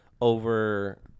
over